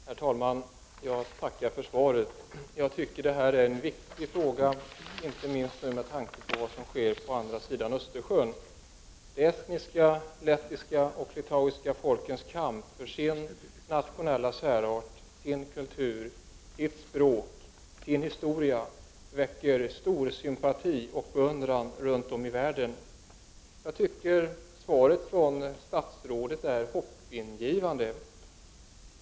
Herr talman! Jag tackar för svaret. Jag anser detta vara en viktig fråga, inte minst med tanke på vad som sker på andra sidan Östersjön. De estniska, lettiska och litauiska folkens kamp för sin nationella särart, sin kultur, sitt språk och sin historia väcker stor sympati och beundran runt om i världen. Statsrådets svar är hoppingivande.